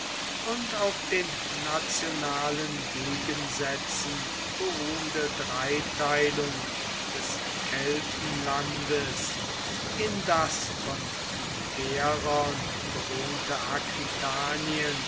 und auf den nationalen gegensätzen beruhende dreiteilung des keltenlandes in das von iberern bewohnte aquitanien